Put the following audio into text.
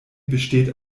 besteht